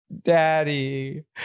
daddy